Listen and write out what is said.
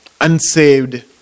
unsaved